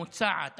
מוצעת,